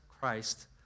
Christ